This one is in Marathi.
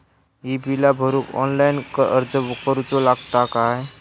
ही बीला भरूक ऑनलाइन अर्ज करूचो लागत काय?